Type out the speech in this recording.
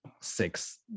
six